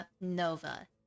Nova